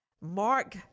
Mark